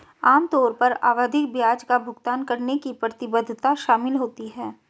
आम तौर पर आवधिक ब्याज का भुगतान करने की प्रतिबद्धता शामिल होती है